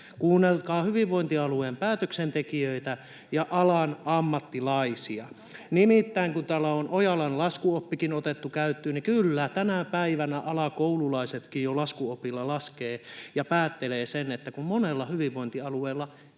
Kuunnelkaa hyvinvointialueiden päätöksentekijöitä ja alan ammattilaisia. Nimittäin kun täällä on Ojalan laskuoppikin otettu käyttöön, niin kyllä, tänä päivänä alakoululaisetkin jo laskuopilla laskevat ja päättelevät sen, että monella hyvinvointialueella ei